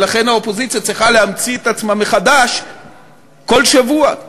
ולכן האופוזיציה צריכה להמציא את עצמה מחדש כל שבוע.